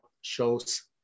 shows